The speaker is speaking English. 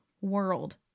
world